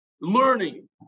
Learning